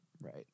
right